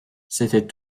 c’était